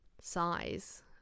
size